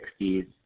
60s